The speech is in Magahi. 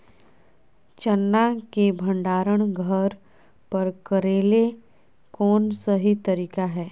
चना के भंडारण घर पर करेले कौन सही तरीका है?